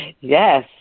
Yes